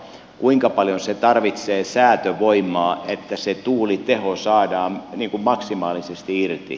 kuinka paljon se tarvitsee säätövoimaa että se tuuliteho saadaan niin kuin maksimaalisesti irti